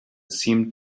seemed